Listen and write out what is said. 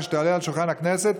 כשתעלה על שולחן הכנסת.